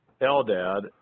Eldad